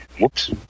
Whoops